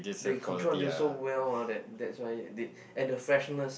they control until so well ah that that's why they and the freshness